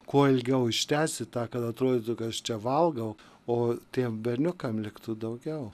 kuo ilgiau ištęsti tą kad atrodytų kad aš čia valgau o tiem berniukam liktų daugiau